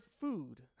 food